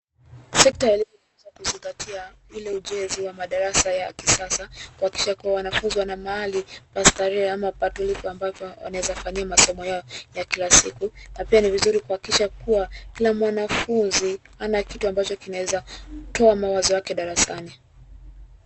Sekta inayoweza kuzingatia ile ujenzi wa madarasa ya kisasa kuhakikisha kuwa wanafunzi wana mahali pa starehe ama patulivu ambapo wanaeza fanyia masomo yao ya kila siku na pia ni vizuri kuhakikisha kuwa kila mwanafunzi hana kitu ambacho kinaeza toa mawazo yake darasani.